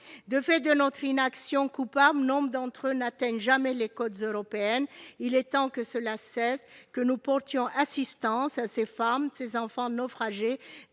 Du fait de notre inaction coupable, nombre d'entre eux n'atteignent jamais les côtes européennes. Il est temps que cela cesse, que nous portions assistance à ces femmes et à ces enfants naufragés,